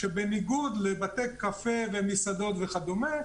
שבניגוד לבתי קפה ומסעדות וכדומה,